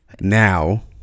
now